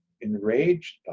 enraged